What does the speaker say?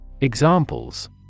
Examples